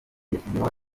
yashyizeho